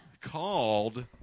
Called